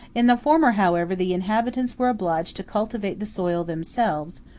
in the former, however, the inhabitants were obliged to cultivate the soil themselves,